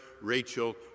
Rachel